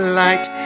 light